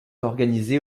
organisé